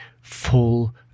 full